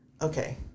okay